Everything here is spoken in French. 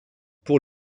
pour